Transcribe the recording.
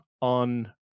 on